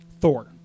Thor